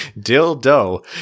Dildo